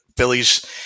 Phillies